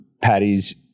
patties